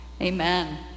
Amen